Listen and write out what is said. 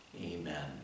Amen